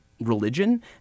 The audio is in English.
religion